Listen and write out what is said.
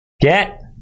Get